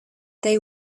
they